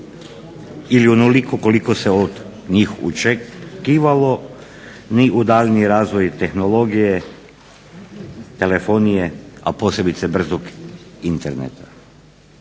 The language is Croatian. ili onoliko koliko se od njih očekivalo ni u daljnji razvoj tehnologije, telefonije, a posebice brzog interneta.